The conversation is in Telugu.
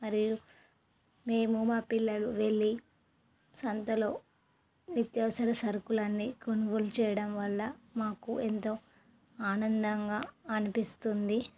మరియు మేము మా పిల్లలు వెళ్ళి సంతలో నిత్యవసర సరుకులన్నీ కొనుగోలు చేయడం వల్ల మాకు ఎంతో ఆనందంగా అనిపిస్తుంది